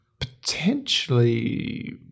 Potentially